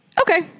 Okay